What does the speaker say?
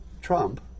Trump